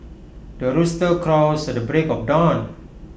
the rooster crows at the break of dawn